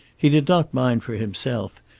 he did not mind for himself,